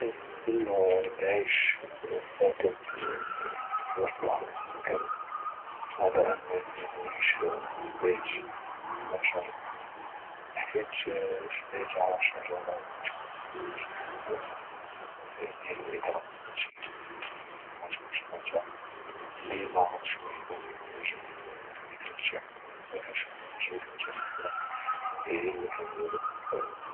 كنفضل العيش في مركب يصلح للسكن على انني نعيش في بيت على شجرة حيت في بيت على شجرة غتكون معرض لبزاف ديال الإكراهات يعني مغتكونش مرتاح وديما كنشوفو الحاجة اللي كنرتاحو فيها هي اللي كنديرو